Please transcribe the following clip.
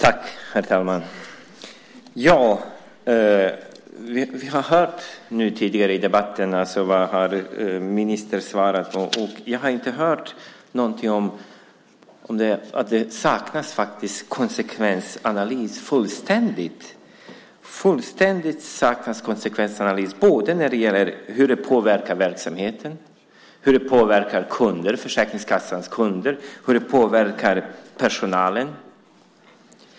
Herr talman! Vi har tidigare i debatten hört ministerns svar. Jag har inte hört något om konsekvensanalys. Det verkar fullständigt saknas en konsekvensanalys av hur det påverkar Försäkringskassans verksamhet, kunder och personal.